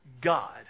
God